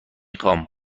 خوام